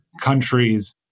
countries